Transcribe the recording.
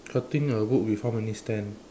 cutting a wood with how many stand